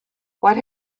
what